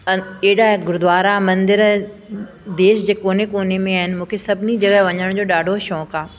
अहिड़ा गुरुद्वारा मंदर देश जे कोने कोने में आहिनि मूंखे सभिनी जॻहि वञण जो ॾाढो शौक़ु आहे